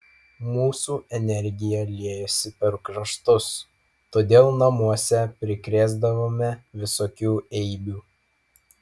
mūsų energija liejosi per kraštus todėl namuose prikrėsdavome visokių eibių